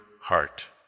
heart